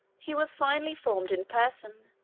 he was finely formed in person,